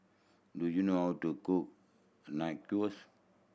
do you know how to cook Nachos